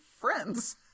friends